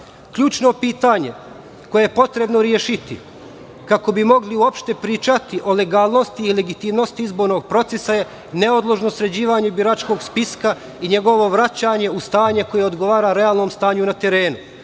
Pazaru. Ključno pitanje koje je potrebno rešiti kako bi mogli uopšte pričati o legalnosti i legitimnosti izbornog procesa je neodložno sređivanje biračkog spiska i njegovo vraćanje u stanje koje odgovara realnom stanju na terenu.